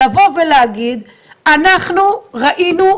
לבוא ולהגיד אנחנו ראינו,